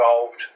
involved